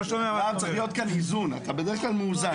צריך להיות כאן איזון, אתה בדרך כלל מאזן.